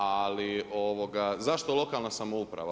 Ali zašto lokalna samouprava?